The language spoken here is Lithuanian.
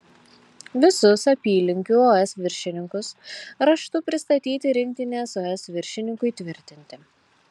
visus apylinkių os viršininkus raštu pristatyti rinktinės os viršininkui tvirtinti